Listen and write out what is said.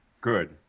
Good